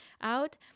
out